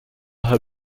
her